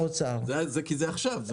כי זה עכשיו.